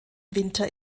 winter